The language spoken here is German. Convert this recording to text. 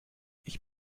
ich